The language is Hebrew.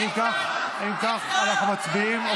אם כך אנחנו מצביעים.